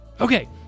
Okay